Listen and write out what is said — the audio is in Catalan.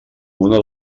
una